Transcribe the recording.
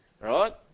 right